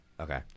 Okay